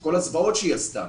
וכל הזוועות שהיא עשתה.